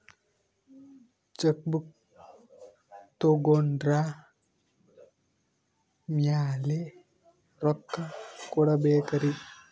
Check book ತೊಗೊಂಡ್ರ ಮ್ಯಾಲೆ ರೊಕ್ಕ ಕೊಡಬೇಕರಿ?